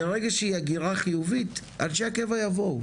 ברגע שהיא הגירה חיובית אנשי הקבע יבואו,